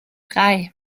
drei